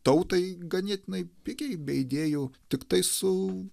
tautai ganėtinai pigiai be idėjų tiktai su